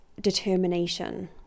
determination